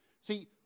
See